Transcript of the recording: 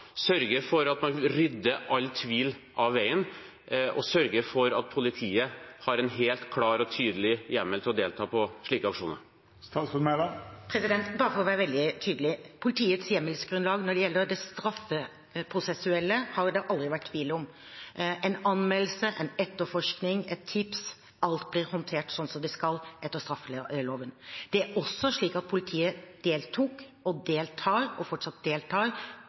rydder all tvil av veien, og sørge for at politiet har en helt klar og tydelig hjemmel til å delta i slike aksjoner? Bare for å være veldig tydelig: Politiets hjemmelsgrunnlag når det gjelder det straffeprosessuelle, har det aldri vært tvil om. En anmeldelse, en etterforskning, et tips – alt – blir håndtert slik det skal, etter straffeloven. Det er også slik at politiet deltok – og fortsatt deltar